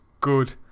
good